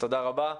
תודה רבה.